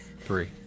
Three